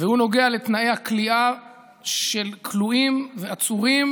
והוא נוגע לתנאי הכליאה של כלואים ועצורים,